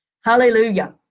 Hallelujah